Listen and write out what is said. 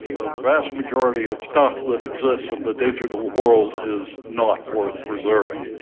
a vast majority of stuff that exists in the digital world is not worth preserving.